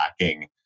lacking